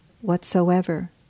whatsoever